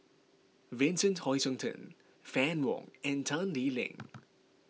Vincent Hoisington Fann Wong and Tan Lee Leng